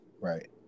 Right